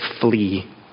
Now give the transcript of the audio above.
Flee